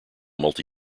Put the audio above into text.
multi